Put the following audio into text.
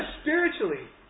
spiritually